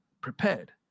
Prepared